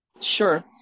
Sure